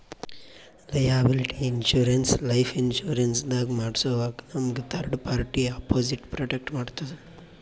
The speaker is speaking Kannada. ಲಯಾಬಿಲಿಟಿ ಇನ್ಶೂರೆನ್ಸ್ ಲೈಫ್ ಇನ್ಶೂರೆನ್ಸ್ ದಾಗ್ ಮಾಡ್ಸೋವಾಗ್ ನಮ್ಗ್ ಥರ್ಡ್ ಪಾರ್ಟಿ ಅಪೊಸಿಟ್ ಪ್ರೊಟೆಕ್ಟ್ ಮಾಡ್ತದ್